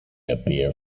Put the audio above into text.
appear